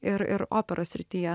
ir ir operos srityje